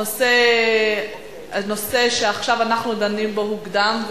הנושא שעכשיו אנחנו דנים בו הוקדם,